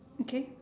okay